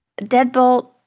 Deadbolt